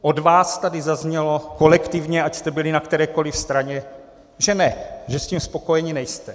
Od vás tady zaznělo, kolektivně, ať jste byli na kterékoliv straně, že ne, že s tím spokojeni nejste.